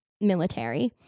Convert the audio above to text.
military